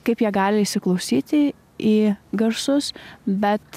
kaip jie gali įsiklausyti į garsus bet